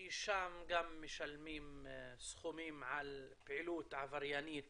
כי שם גם משלמים סכומים על פעילות עבריינית